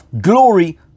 glory